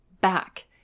back